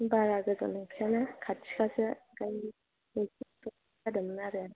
बारा गोजान नंखायाना खाथिखासो ओंखायनो नोंसोरनिखौ बायगौमोन आरो